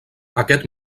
aquest